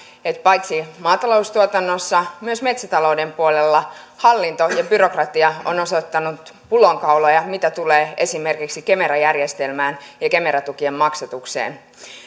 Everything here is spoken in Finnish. että paitsi maataloustuotannossa myös metsätalouden puolella hallinto ja byrokratia ovat osoittaneet pullonkauloja mitä tulee esimerkiksi kemera järjestelmään ja ja kemera tukien maksatukseen